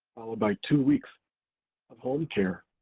followed by two weeks of home care.